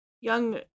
young